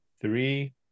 Three